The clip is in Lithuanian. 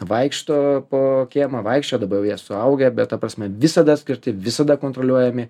vaikšto po kiemą vaikščiojo dabar jau jie suaugę bet ta prasme visada skirti visada kontroliuojami